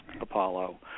Apollo